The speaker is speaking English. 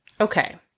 Okay